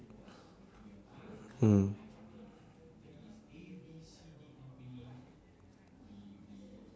mm